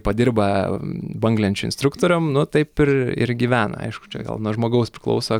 padirba banglenčių instruktorium nu taip ir ir gyvena aišku čia gal nuo žmogaus priklauso